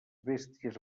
bèsties